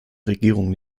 regierung